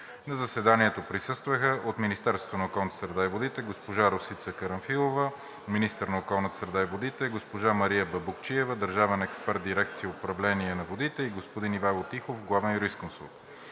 На заседанието присъстваха – от Министерството на околната среда и водите: госпожа Росица Карамфилова – министър на околната среда и водите, госпожа Мария Бабукчиева – държавен експерт в дирекция „Управление на водите“, и господин Ивайло Тихов – главен юрисконсулт.